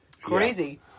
Crazy